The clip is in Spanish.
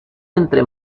entre